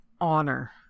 honor